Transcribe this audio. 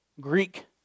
Greek